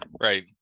right